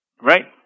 Right